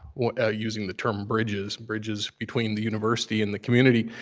using the term bridges, bridges between the university and the community.